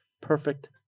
Perfect